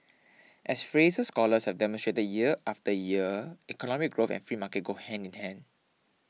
as Fraser scholars have demonstrated the year after year economic growth and free market go hand in hand